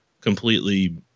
completely